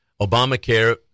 Obamacare